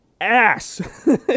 Ass